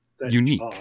unique